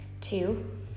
two